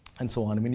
and so on. i mean